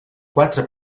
quatre